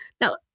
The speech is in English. Now